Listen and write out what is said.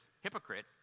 hypocrite